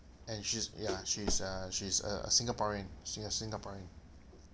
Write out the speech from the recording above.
and she's ya she's uh she's a a singaporean singa~ singaporean